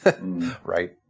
Right